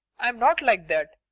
i'm not like that.